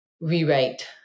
rewrite